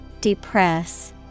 Depress